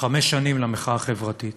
חמש שנים למחאה החברתית,